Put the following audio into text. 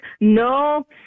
no